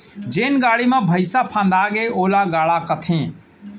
जेन गाड़ी म भइंसा फंदागे ओला गाड़ा कथें